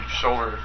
shoulder